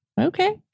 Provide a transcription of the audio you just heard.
okay